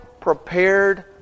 prepared